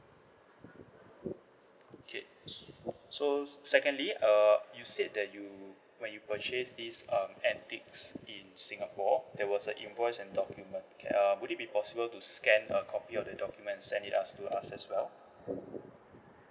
okay so secondly uh you said that you when you purchased this um antiques in singapore there was a invoice and document would it be possible to scan a copy of the documents and send it out to us as well